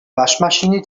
waschmaschine